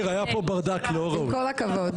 עם כל הכבוד.